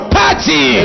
party